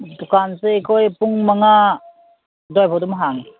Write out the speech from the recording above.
ꯗꯨꯀꯥꯟꯁꯦ ꯑꯈꯣꯏ ꯄꯨꯡ ꯃꯉꯥ ꯑꯗꯥꯏ ꯐꯥꯎ ꯑꯗꯨꯝ ꯍꯥꯡꯏ